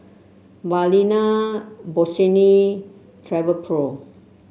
Balina Bossini Travelpro